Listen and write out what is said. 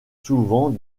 souvent